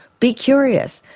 be curious.